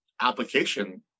application